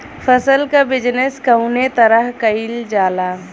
फसल क बिजनेस कउने तरह कईल जाला?